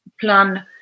plan